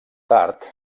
tard